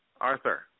Arthur